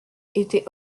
était